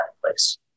place